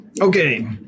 Okay